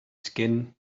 skin